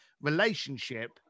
relationship